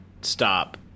stop